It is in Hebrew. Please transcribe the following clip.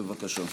בבקשה.